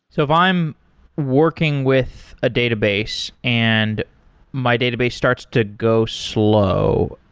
so if i'm working with a database and my database starts to go slow.